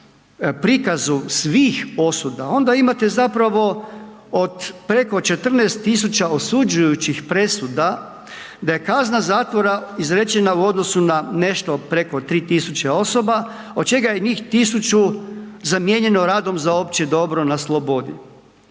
prikazu svih osuda onda imate zapravo od preko 14000 osuđujućih presuda, da je kazna zatvora izrečena u odnosu na nešto preko 3000 osoba, od čega je njih 1000 zamijenjeno radom za opće dobro na slobodi,